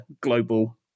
global